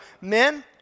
men